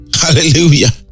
hallelujah